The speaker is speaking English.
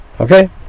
Okay